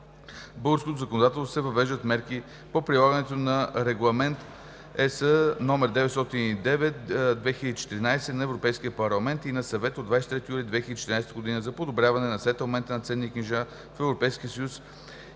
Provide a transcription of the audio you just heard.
българското законодателство се въвеждат мерки по прилагането на Регламент (ЕС) № 909/2014 на Европейския парламент и на Съвета от 23 юли 2014 г. за подобряване на сетълмента на ценни книжа в Европейския съюз